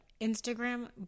Instagram